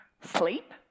sleep